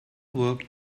work